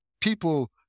people